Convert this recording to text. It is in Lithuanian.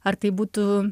ar tai būtų